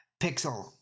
Pixel